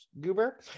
goober